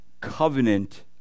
covenant